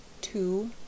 two